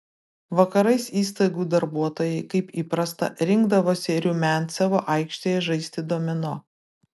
vakarais įstaigų darbuotojai kaip įprasta rinkdavosi rumiancevo aikštėje žaisti domino